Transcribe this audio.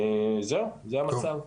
זהו, זה המצב.